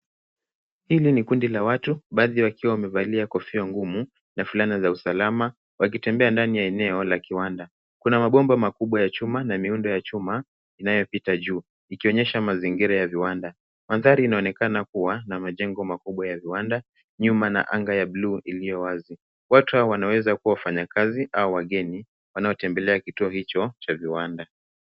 Hili ni kundi la watu, baadhi yao wakiwa wamevalia kofia ngumu na fulana za usalama, wakitembea ndani ya eneo la kiwanda. Kuna mabomba makubwa ya chuma na miundo ya chuma yanayopita juu, ikionyesha mazingira ya viwanda. Mandhari inaonekana kuwa na majengo makubwa ya viwanda nyuma, na anga ya buluu iliyo wazi. Watu hawa wanaeza kuwa wafanyikazi au wageni wanao tembelea kituo hicho cha viwanda.